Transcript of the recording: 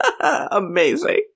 amazing